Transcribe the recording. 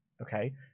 okay